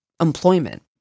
employment